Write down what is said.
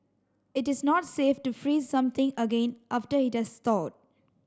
it is not safe to freeze something again after it has thawed